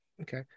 okay